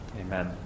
amen